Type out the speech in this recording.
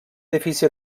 edifici